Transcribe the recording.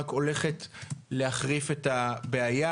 רק הולך להחריף את הבעיה.